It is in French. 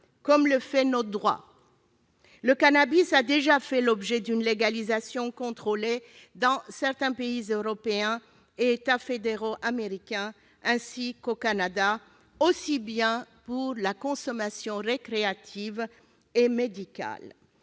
comme le fait notre droit. Le cannabis a déjà fait l'objet d'une légalisation contrôlée dans certains pays européens et États fédérés américains, ainsi qu'au Canada, pour la consommation récréative aussi bien